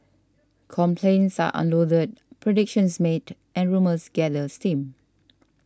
complaints are unloaded predictions made and rumours gather steam